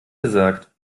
gesagt